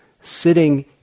sitting